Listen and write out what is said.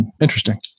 Interesting